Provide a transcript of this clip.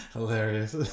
Hilarious